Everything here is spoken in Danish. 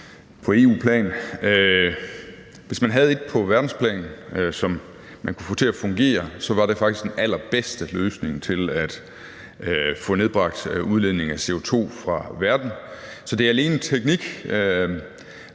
på EU-plan. Hvis man havde et system på verdensplan, som man kunne få til at fungere, så var det faktisk den allerbedste løsning til at få nedbragt udledningen af CO2 fra verden. Så det er alene teknik,